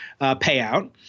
payout